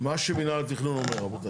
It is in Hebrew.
מה שמינהל התכנון אומר, רבותיי.